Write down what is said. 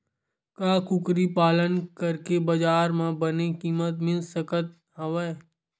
का कुकरी पालन करके बजार म बने किमत मिल सकत हवय?